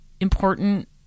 important